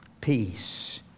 peace